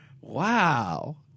Wow